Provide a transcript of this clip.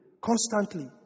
constantly